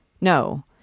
No